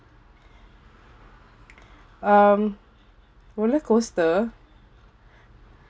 um roller coaster